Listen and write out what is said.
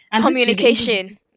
Communication